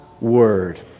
Word